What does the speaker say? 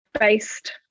based